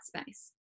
space